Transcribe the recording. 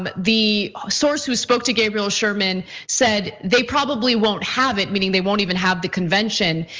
but the source who spoke to gabriel sherman said, they probably won't have it, meaning they won't even have the convention.